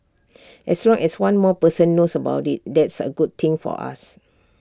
as long as one more person knows about IT that's A good thing for us